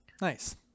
Nice